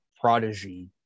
prodigy